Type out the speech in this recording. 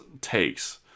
takes